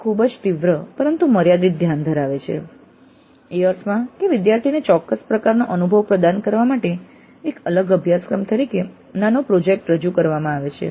તે ખૂબ જ તીવ્ર પરંતુ મર્યાદિત ધ્યાન ધરાવે છે એ અર્થમાં કે વિદ્યાર્થીઓને ચોક્કસ પ્રકારનો અનુભવ પ્રદાન કરવા માટે એક અલગ અભ્યાસક્રમ તરીકે નાનો પ્રોજેક્ટ રજૂ કરવામાં આવે છે